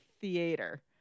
theater